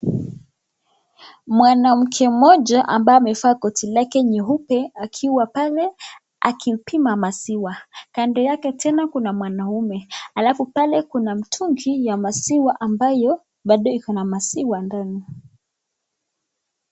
Mwanamke mmoja ambaye amevaa koti lake nyeupe akiwa pale akipima maziwa, kando yake tena kuna mwanaume, alafu pale kuna mtungi ya maziwa ambayo bado iko na maziwa ndani